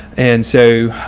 and so